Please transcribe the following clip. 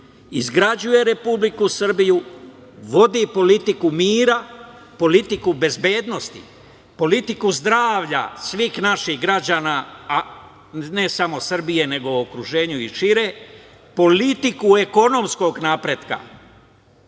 izgrađuje Republiku Srbiju, vodi politiku mira, politiku bezbednosti, politiku zdravlja svih naših građana, ne samo Srbije, nego u okruženju i šire, politiku ekonomskog napretka,